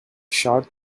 shot